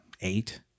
Eight